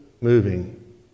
moving